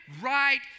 right